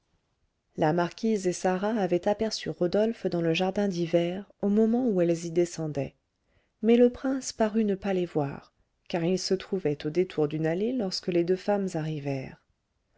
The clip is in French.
la marquise et sarah avaient aperçu rodolphe dans le jardin d'hiver au moment où elles y descendaient mais le prince parut ne pas les voir car il se trouvait au détour d'une allée lorsque les deux femmes arrivèrent